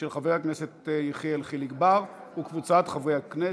של חבר הכנסת יחיאל חיליק בר וקבוצת חברי הכנסת.